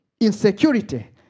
insecurity